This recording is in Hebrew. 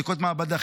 בדיקות מעבדה,